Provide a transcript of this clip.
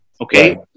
okay